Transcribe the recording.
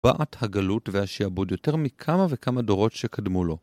מפעת הגלות והשיעבוד יותר מכמה וכמה דורות שקדמו לו.